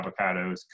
avocados